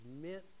meant